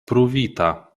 pruvita